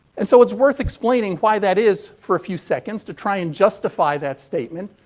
and, so, it's worth explaining why that is for a few seconds, to try and justify that statement.